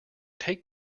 take